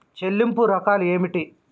చెల్లింపు రకాలు ఏమిటి?